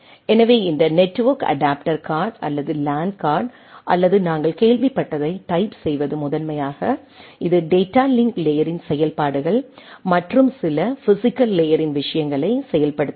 எனவே இந்த network adapter card அல்லது லேன் கார்டு அல்லது நாங்கள் கேள்விப்பட்டதைத் டைப் செய்வது முதன்மையாக இது டேட்டா லிங்க் லேயரின் செயல்பாடுகள் மற்றும் சில பிஸிக்கல் லேயரின் விஷயங்களை செயல்படுத்துகிறது